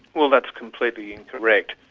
well, that's completely incorrect.